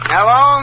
Hello